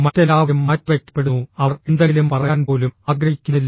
മറ്റെല്ലാവരും മാറ്റിവയ്ക്കപ്പെടുന്നു അവർ എന്തെങ്കിലും പറയാൻ പോലും ആഗ്രഹിക്കുന്നില്ല